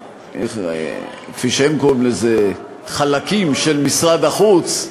כפי שהם קוראים לזה, חלקים של משרד החוץ,